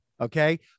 Okay